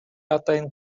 атайын